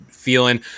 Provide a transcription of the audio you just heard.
feeling